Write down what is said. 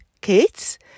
kids